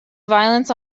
violence